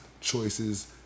choices